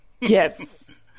Yes